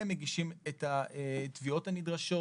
מגישים את התביעות הנדרשות